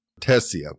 Tessia